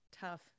tough